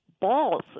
balls